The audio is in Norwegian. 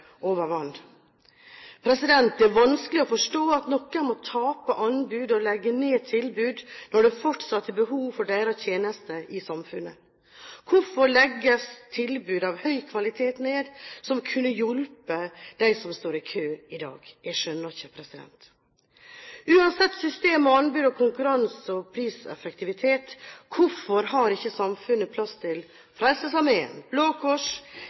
over vannet. Det er vanskelig å forstå at noen må tape anbud og legge ned tilbud når det fortsatt er behov for deres tjenester i samfunnet. Hvorfor legger man ned tilbud av høy kvalitet som kunne hjulpet dem som står i kø i dag? Jeg skjønner det ikke. Uansett system og anbud og konkurranse og priseffektivitet: Hvorfor har ikke samfunnet plass til